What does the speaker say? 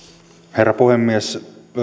herra puhemies